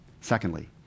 Secondly